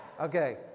Okay